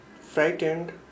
frightened